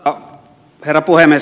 arvoisa herra puhemies